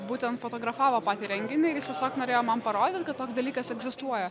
būtent fotografavo patį renginį ir jis tiesiog norėjo man parodyt kad toks dalykas egzistuoja